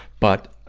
but,